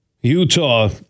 Utah